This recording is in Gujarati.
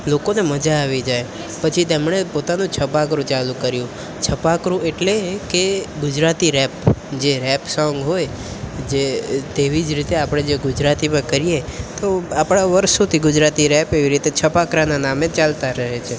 લોકોને મજા આવી જાય પછી તેમણે પોતાનું છપાકરૂ ચાલુ કર્યું છપાકરૂ એટલે કે ગુજરાતી રેપ જે રેપ સોન્ગ હોય જે તેવી જ રીતે આપણે જે ગુજરાતીમાં કરીએ તેવું એ વર્ષોથી રેપ એવી રીતે છપાકરાના નામે ચાલતા રહે છે